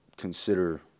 Consider